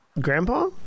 Grandpa